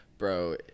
Bro